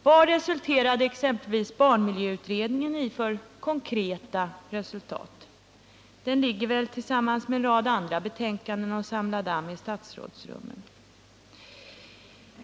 Vad gav exempelvis barnmiljöutredningen för konkreta resultat? Den ligger väl tillsammans med en rad andra betänkanden och samlar damm i statsrådsrummen.